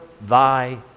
thy